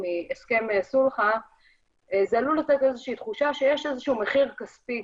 מהסכם סולחה זה עלול לתת איזה שהיא תחושה שיש איזה שהוא מחיר כספי